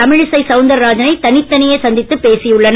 தமிழிசை சவுந்தரராஜனை தனித்தனியே சந்தித்துப் பேசி உள்ளனர்